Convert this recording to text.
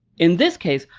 in this case,